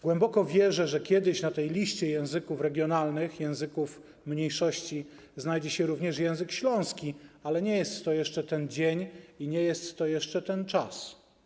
Głęboko wierzę, że kiedyś na tej liście języków regionalnych, języków mniejszości znajdzie się również język śląski, ale nie jest to jeszcze ten dzień i nie jest to jeszcze ten czas.